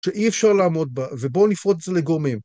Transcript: שאי אפשר לעמוד בה, ובואו נפרוט את זה לגורמים.